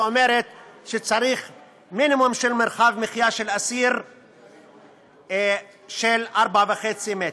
שאומרת שצריך מינימום מרחב מחיה לאסיר של 4.5 מטרים.